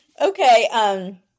Okay